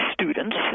students